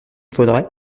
faudrait